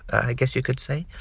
i guess you could say,